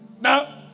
Now